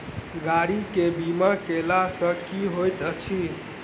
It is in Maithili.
गाड़ी केँ बीमा कैला सँ की होइत अछि?